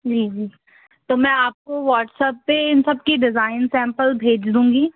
जी तो मैं आपको व्हाट्सएप पर इन सब की डिज़ाइन सैंपल भेज दूँगी